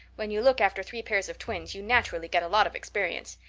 when you look after three pairs of twins you naturally get a lot of experience.